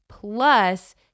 Plus